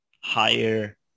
higher